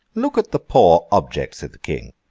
look at the poor object said the king.